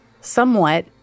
Somewhat